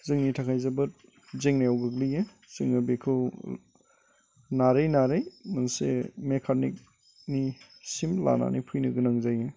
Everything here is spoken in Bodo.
जोंनि थाखाय जोबोद जेंनायाव गोग्लैयो जोङो बेखौ नारै नारै मोनसे मेकानिकनिसिम लानानै फैनो गोनां जायो